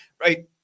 right